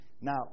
Now